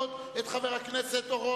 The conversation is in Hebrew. אני אראה כמועמד נכבד מאוד את חבר הכנסת אורון,